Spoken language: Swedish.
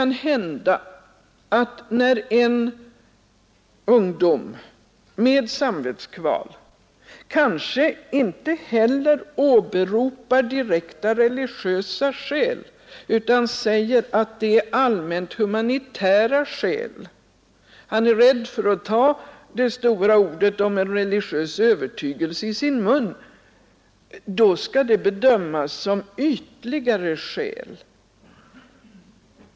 När en ungdom i samvetsnöd inte åberopar direkt religiösa skäl utan allmänt humanitära skäl — han är rädd för att ta de stora orden om religiös övertygelse i sin mun — bedöms det som ytligare skäl.